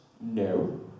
no